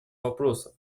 вопросов